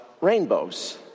rainbows